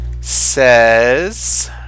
says